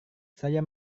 saya